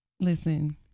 listen